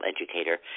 educator